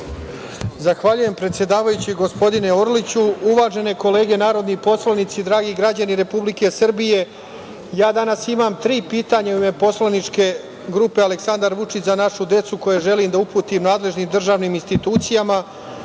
Zahvaljujem, predsedavajući, gospodine Orliću. Uvažene kolege narodni poslanici, dragi građani Republike Srbije, ja danas imam tri pitanja u ime poslaničke grupe Aleksandar Vučić – Za našu decu, koja želim da uputim nadležnim državnim institucijama. Prvo